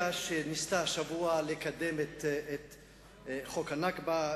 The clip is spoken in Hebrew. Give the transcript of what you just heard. שניסתה השבוע לקדם את חוק ה"נכבה",